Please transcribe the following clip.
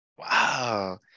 Wow